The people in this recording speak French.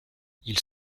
ils